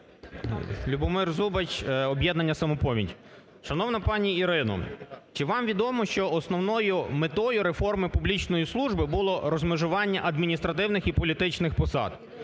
Любомир Зубач, "Об'єднання "Самопоміч". Шановна пані Ірино, чи вам відомо, що основною метою реформи публічної служби було розмежування адміністративних і політичних посад.